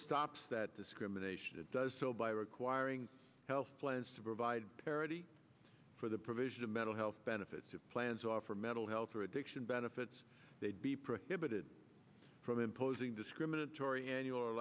stops that discrimination it does so by requiring health plans to provide parity for the provision of mental health benefits plans to offer mental health or addiction benefits they'd be prohibited from imposing discriminatory and your